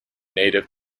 native